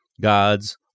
God's